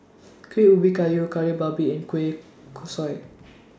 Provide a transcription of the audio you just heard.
Kuih Ubi Kayu Kari Babi and Kueh Kosui